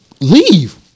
Leave